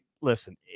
listen